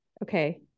okay